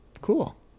Cool